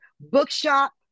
Bookshop